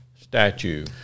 statue